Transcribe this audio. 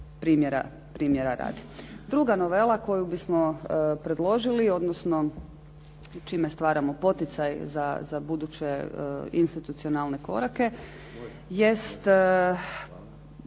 Druga novela koju bismo predložili odnosno čime stvaramo poticaj za buduće institucionalne korake jest